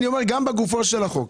אני אומר שגם בגופו של החוק,